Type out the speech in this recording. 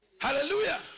Hallelujah